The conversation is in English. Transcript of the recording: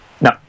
No